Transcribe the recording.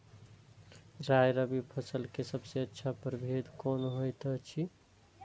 राय रबि फसल के सबसे अच्छा परभेद कोन होयत अछि?